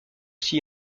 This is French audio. aussi